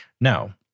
Now